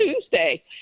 Tuesday